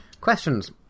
Questions